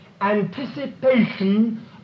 anticipation